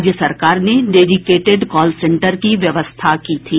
राज्य सरकार ने डेडिकेटेड कॉल सेंटर की व्यवस्था की थी